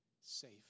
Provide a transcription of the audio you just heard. safe